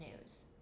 news